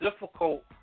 difficult